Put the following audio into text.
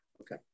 okay